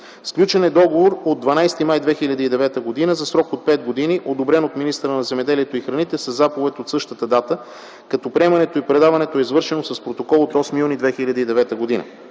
Сключен е Договор от 12 май 2009 г. за срок от пет години, одобрен от министъра на земеделието и храните със Заповед от същата дата, като приемането и предаването е извършено с Протокол от 8 юни 2009 г.